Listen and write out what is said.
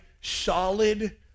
solid